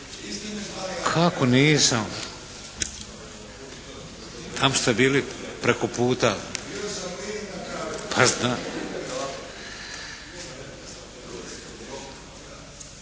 Kako nisam? Tamo ste bili preko puta.